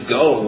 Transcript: go